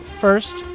First